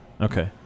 okay